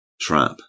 trap